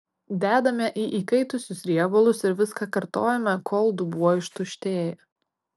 dedame į įkaitusius riebalus ir viską kartojame kol dubuo ištuštėja